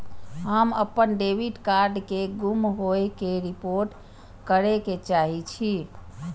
हम अपन debit card के गुम होय के रिपोर्ट करे के चाहि छी